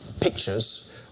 pictures